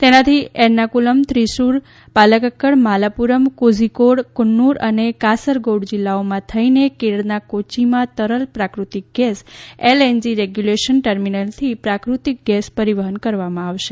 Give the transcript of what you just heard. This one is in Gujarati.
તેનાથી એરનાકુલમ થ્રીસુર પાલકકડ મલ્લાપુરમ કોઝીકોડ કન્નૂર અને કાસરગૌડ જીલ્લાઓમાં થઇને કેરળના કોચ્યીમાં તરલ પ્રાકૃતિક ગેસ એલએનજી રેગ્યુલેશન ટર્મીનલથી પ્રાકૃતિક ગેસ પરીવહન કરવામાં આવશે